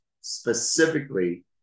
specifically